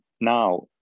Now